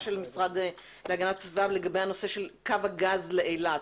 המשרד להגנת הסביבה לגבי הנושא של קו הגז לאילת.